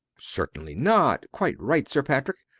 certainly not. quite right, sir patrick.